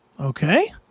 Okay